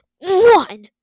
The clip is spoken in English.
one